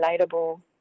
relatable